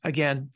Again